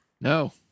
No